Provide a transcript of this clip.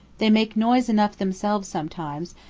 they make noise enough themselves sometimes,